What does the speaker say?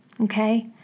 Okay